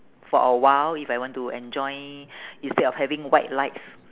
for a while if I want to enjoy instead of having white lights